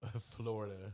Florida